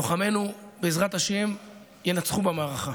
לוחמינו, בעזרת השם, ינצחו במערכה.